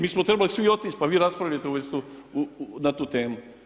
Mi smo trebali svi otić, pa vi raspravljajte na tu temu.